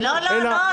אלא -- לא,